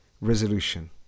resolution